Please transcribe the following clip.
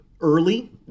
early